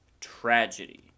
tragedy